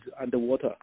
underwater